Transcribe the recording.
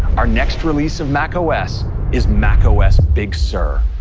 our next release of macos is macos big sur.